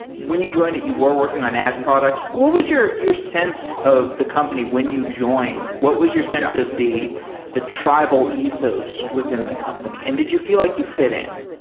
when you joined, you were working on ad products. what was your your sense of the company when you joined? what was your sense of the the tribal ethos within the company and did you feel like you fit in?